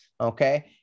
okay